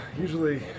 usually